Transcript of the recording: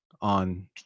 on